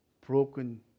broken